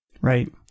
Right